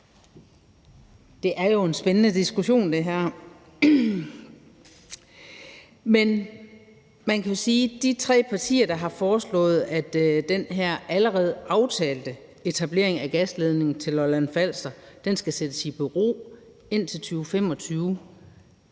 her er jo en spændende diskussion, men med hensyn til det, som de tre partier har foreslået om, at den her allerede aftalte etablering af gasledningen til Lolland-Falster skal sættes i bero indtil 2025,